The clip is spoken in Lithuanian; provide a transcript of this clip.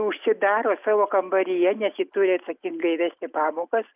užsidaro savo kambaryje nes ji turi atsakingai vesti pamokas